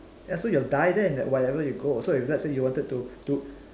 ya so you'll die there in that whatever you go so if let's say if you wanted to to